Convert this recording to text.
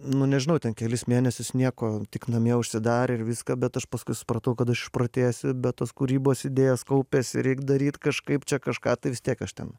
nu nežinau ten kelis mėnesius nieko tik namie užsidarę ir viską bet aš paskui supratau kad aš išprotėsiu bet tos kūrybos idėjos kaupiasi reik daryt kažkaip čia kažką tai vis tiek aš ten